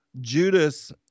Judas